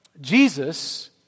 Jesus